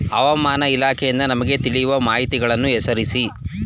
ಹವಾಮಾನ ಇಲಾಖೆಯಿಂದ ನಮಗೆ ತಿಳಿಯುವ ಮಾಹಿತಿಗಳನ್ನು ಹೆಸರಿಸಿ?